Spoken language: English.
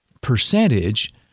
percentage